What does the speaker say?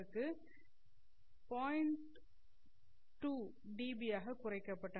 2 dB ஆகக் குறைக்கப்பட்டன